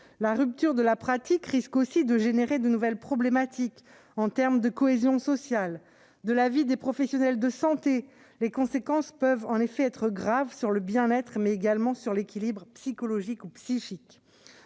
La rupture de la pratique risque aussi de créer de nouvelles problématiques de cohésion sociale. De l'avis des professionnels de santé, les conséquences de cette interruption peuvent en effet être graves sur le bien-être, mais également sur l'équilibre psychologique ou psychique